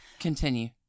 Continue